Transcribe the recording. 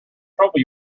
trouble